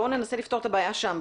בואו ננסה לפתור את הבעיה שם.